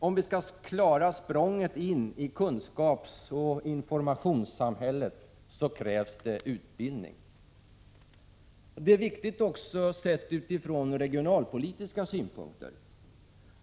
Om vi skall klara språnget in i kunskapsoch informationssamhället, krävs det utbildning. Utbildning är viktig också sett utifrån regionalpolitiska synpunkter.